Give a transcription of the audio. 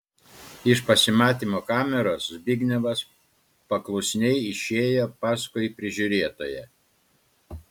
iš pasimatymo kameros zbignevas paklusniai išėjo paskui prižiūrėtoją